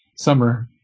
summer